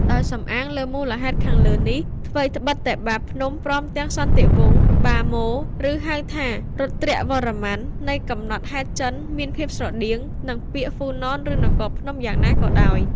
ដោយសំអាងលើមូលហេតុខាងលើនេះ ថ្វីត្បិត តែ បាភ្នំ ព្រមទាំងសន្តតិវង្ស បាម៉ូ (ឬហៅថា រុទ្រ្ទវរ្ម័ន) នៃកំណត់ហេតុចិន មានភាពស្រដៀងនឹង ពាក្យ ហ្វូ ណន ឬ នគរភ្នំ យ៉ាងណាក៏ដោយ ។